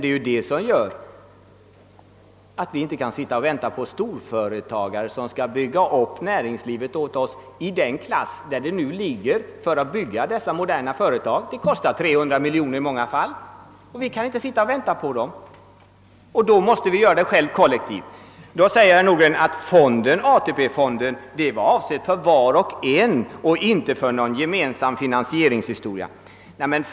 Det är detta som gör att vi inte kan vänta på att storföretagare bygger upp näringslivet åt oss. Det kostar i många fall omkring 300 miljoner kronor att skapa ett storföretag. Men vi kan som sagt inte sitta och vänta, och därför måste investeringarna ske kollektivt. Herr Nordgren sade att ATP-fonden var avsedd för varje enskild medborgares pensionering och inte för något gemensamt finansieringsändamål.